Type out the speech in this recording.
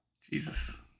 jesus